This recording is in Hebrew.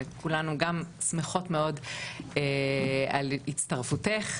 כולנו גם שמחות מאוד על הצטרפותך,